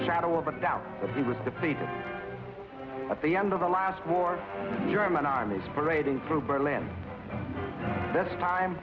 shadow of a doubt of it with the people at the end of the last war german armies parading through berlin that's time